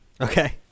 Okay